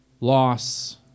loss